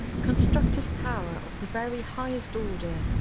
constructive power of the very highest order.